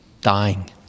dying